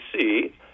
see